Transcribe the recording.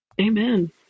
Amen